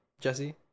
Jesse